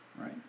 right